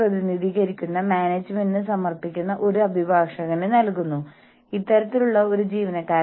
നിങ്ങൾക്ക് ആ ഉറപ്പ് ലഭിക്കുമ്പോൾ ഒരു യൂണിയനിൽ ചേരാനും നിങ്ങൾ ആഗ്രഹിക്കുന്നില്ല